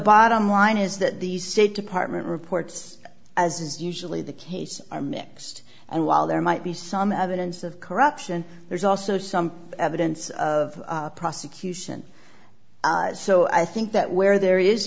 bottom line is that the state department reports as is usually the case are mixed and while there might be some evidence of corruption there's also some evidence of prosecution so i think that where there is